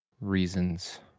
reasons